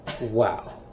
Wow